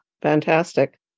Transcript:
Fantastic